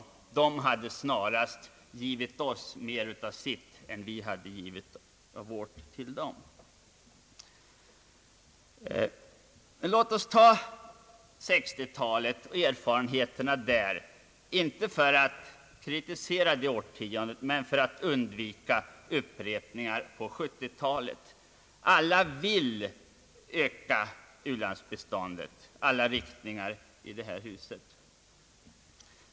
Man kan säga att u-länderna hade givit oss mer av sitt än vi hade givit av vårt till dem. Alla riktningar i detta hus vill öka ulandsbiståndet.